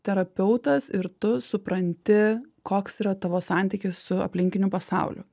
terapeutas ir tu supranti koks yra tavo santykis su aplinkiniu pasauliu